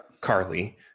Carly